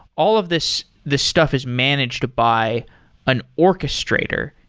all of this this stuff is managed by an orchestrator,